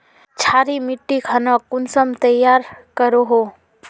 क्षारी मिट्टी खानोक कुंसम तैयार करोहो?